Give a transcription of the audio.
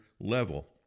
level